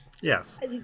Yes